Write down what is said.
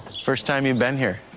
first time you've been here?